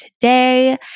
today